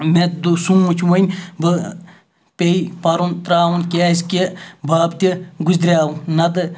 مےٚ دُ سونٗچ وۄنۍ بہٕ پے پَرُن ترٛاوُن کیٛازِکہِ بَب تہِ گُزریٛوو نَتہٕ